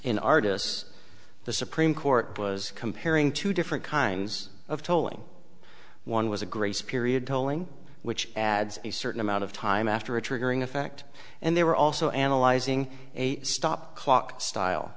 in artists the supreme court was comparing two different kinds of tolling one was a grace period tolling which adds a certain amount of time after a triggering effect and they were also analyzing a stopped clock style